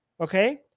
okay